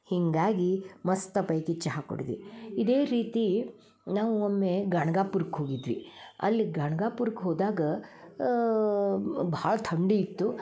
ಹೀಗಾಗಿ ಮಸ್ತ ಪೈಕಿ ಚಹಾ ಕುಡದ್ವಿ ಇದೇ ರೀತಿ ನಾವು ಒಮ್ಮೆ ಗಣ್ಗಪುರಕ್ಕೆ ಹೋಗಿದ್ವಿ ಅಲ್ಲಿ ಗಣ್ಗಪುರಕ್ಕೆ ಹೋದಾಗ ಭಾಳ ತಂಡಿ ಇತ್ತು